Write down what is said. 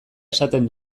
esaten